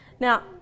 Now